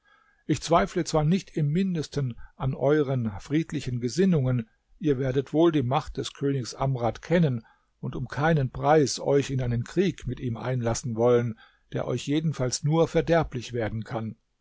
ich zweifle zwar nicht im mindesten an euren friedlichen gesinnungen ihr werdet wohl die macht des königs amrad kennen und um keinen preis euch in einen krieg mit ihm einlassen wollen der euch jedenfalls nur verderblich werden kann